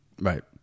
Right